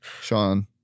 Sean